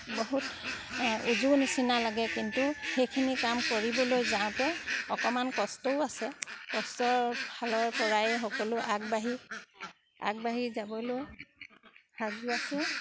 বহুত উজু নিচিনা লাগে কিন্তু সেইখিনি কাম কৰিবলৈ যাওঁতে অকণমান কষ্টও আছে কষ্টৰ ফালৰ পৰাই সকলো আগবাঢ়ি আগবাঢ়ি যাবলৈ সাজু আছোঁ